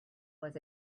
was